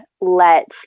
let